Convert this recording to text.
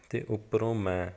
ਅਤੇ ਉੱਪਰੋਂ ਮੈਂ